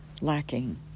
lacking